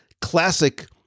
classic